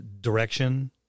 direction